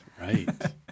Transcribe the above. right